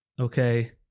okay